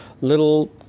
little